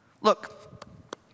Look